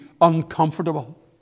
uncomfortable